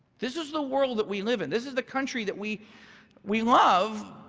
this is the world that we live in. this is the country that we we love,